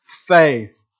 faith